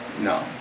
No